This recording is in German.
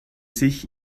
sich